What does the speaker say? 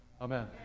Amen